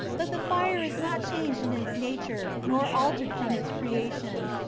but the fire is not changed in its nature, nor altered from its creation.